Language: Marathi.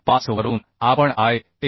तक्ता 5 वरून आपण आय